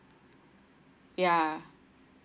ya